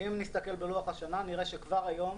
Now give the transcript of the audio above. אם נסתכל בלוח השנה נראה שכבר היום,